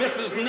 Mrs